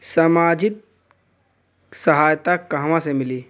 सामाजिक सहायता कहवा से मिली?